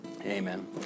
Amen